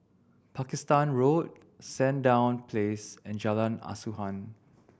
Pakistan Road Sandown Place and Jalan Asuhan